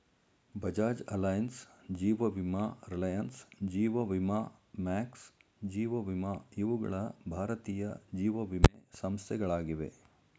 Bajaj Allianz, ಜೀವ ವಿಮಾ ರಿಲಯನ್ಸ್, ಜೀವ ವಿಮಾ ಮ್ಯಾಕ್ಸ್, ಜೀವ ವಿಮಾ ಇವುಗಳ ಭಾರತೀಯ ಜೀವವಿಮೆ ಸಂಸ್ಥೆಗಳಾಗಿವೆ